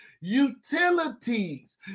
utilities